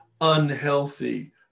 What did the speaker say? unhealthy